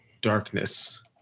darkness